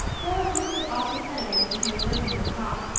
pour the liquid off the sediment into an earthenware pot,